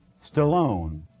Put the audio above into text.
Stallone